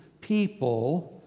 people